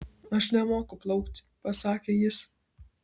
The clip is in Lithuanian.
aš nemoku plaukti pasakė jis